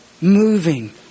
moving